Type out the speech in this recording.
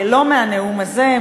לא מהנאום הזה,